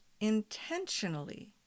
intentionally